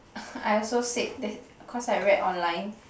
I also said that cause I read online